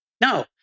no